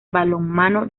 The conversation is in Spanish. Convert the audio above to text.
balonmano